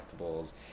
collectibles